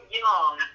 young